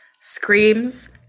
screams